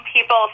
people